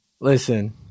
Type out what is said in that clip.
Listen